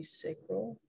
sacral